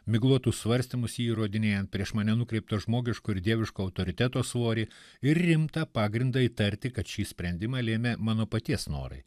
miglotus svarstymus jį įrodinėjant prieš mane nukreiptą žmogiško ir dieviško autoriteto svorį ir rimtą pagrindą įtarti kad šį sprendimą lėmė mano paties norai